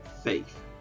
faith